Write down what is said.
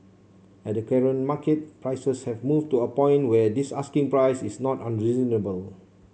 at the current market prices have moved to a point where this asking price is not unreasonable